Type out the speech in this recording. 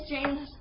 James